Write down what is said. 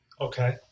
Okay